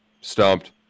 Stumped